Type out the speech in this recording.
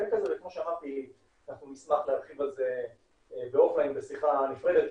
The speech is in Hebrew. וכמו שאמרתי אנחנו נשמח להרחיב על זה בשיחה נפרדת,